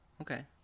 Okay